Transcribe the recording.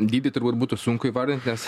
dydį turbūt būtų sunku įvardint nes